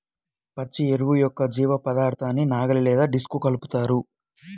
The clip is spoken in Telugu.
పచ్చి ఎరువు యొక్క జీవపదార్థాన్ని నాగలి లేదా డిస్క్తో కలుపుతారు